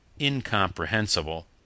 incomprehensible